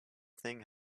thing